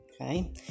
okay